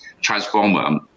transformer